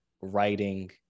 writing